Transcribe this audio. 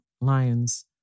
lions